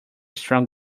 strong